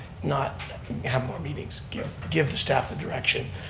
not have more meetings. give give staff the direction,